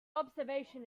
observation